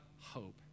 hope